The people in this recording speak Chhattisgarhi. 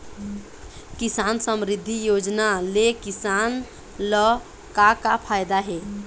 किसान समरिद्धि योजना ले किसान ल का का फायदा हे?